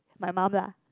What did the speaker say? my mum lah